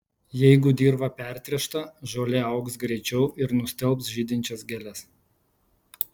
jeigu dirva pertręšta žolė augs greičiau ir nustelbs žydinčias gėles